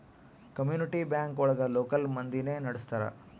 community bank ಒಳಗ local ಮಂದಿನೆ ನಡ್ಸ್ತರ